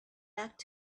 back